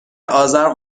آذر